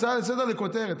הצעה לסדר-היום לכותרת.